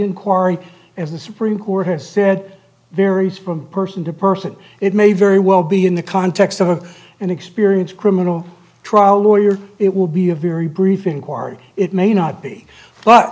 inquiry and the supreme court has said varies from person to person it may very well be in the context of an experience criminal trial lawyer it will be a very brief inquiry it may not be but